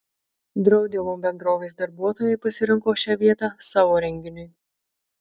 draudimo bendrovės darbuotojai pasirinko šią vietą savo renginiui